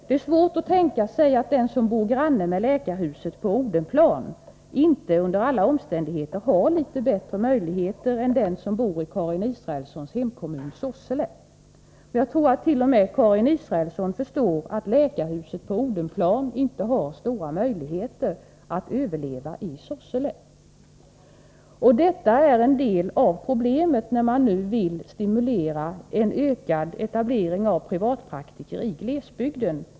Det är svårt att tänka sig att den som bor granne med läkarhuset på Odenplan inte under alla omständigheter har litet bättre möjligheter än den som bor i Karin Israelssons hemkommun Sorsele. Jag tror t.o.m. Karin Israelsson förstår att läkarhuset på Odenplan inte har stora möjligheter att överleva i Sorsele. Detta är en del av problemet, när man nu vill stimulera ökad etablering av privatpraktiker i glesbygden.